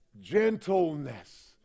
gentleness